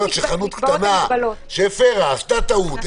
לא יכול להיות שחנות קטנה שהפרה, שעשתה טעות,